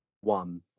one